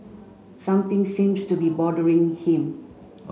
something seems to be bothering him